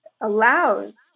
allows